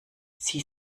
sie